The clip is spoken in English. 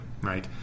right